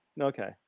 Okay